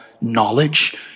knowledge